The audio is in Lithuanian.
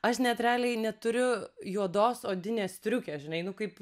aš net realiai neturiu juodos odinės striukės žinai nu kaip